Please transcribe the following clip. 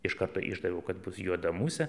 iš karto išdaviau kad bus juoda musė